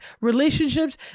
relationships